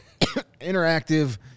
interactive